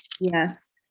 Yes